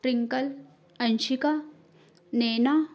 twinkle Anshika Naina